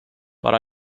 but